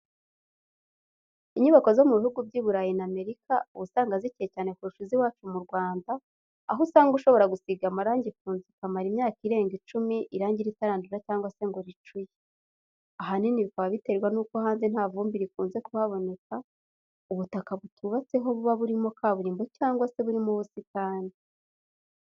Inyubako zo mu bihugu by'iburayi na Amerika, uba usanga zikeye cyane kurusha iz'iwacu mu Rwanda, aho usanga ushobora gusiga amarangi ku nzu ikamara imyaka irenga icumi, irangi ritarandura cyangwa se ngo ricuye. Ahanini bikaba biterwa nuko hanze nta vumbi rikunze kuhaboneka, ubutaka butubatseho buba burimo kaburimbo cyangwa se burimo ubusitani.